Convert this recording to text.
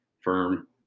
firm